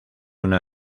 una